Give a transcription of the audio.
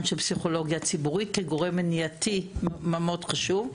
של פסיכולוגיה ציבורית כגורם מניעתי מאוד חשוב,